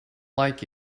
like